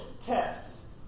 tests